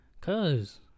Cause